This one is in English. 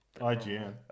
IGN